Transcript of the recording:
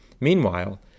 Meanwhile